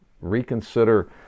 reconsider